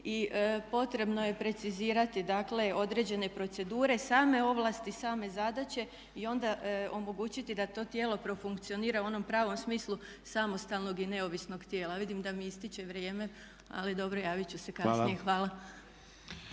Potrebno je precizirati dakle određene procedure, same ovlasti, same zadaće i onda omogućiti da to tijelo profunkcionira u onom pravom smislu samostalnog i neovisnog tijela. Vidim da mi istječe vrijeme ali dobro javit ću se kasnije, hvala.